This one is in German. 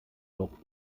doch